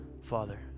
Father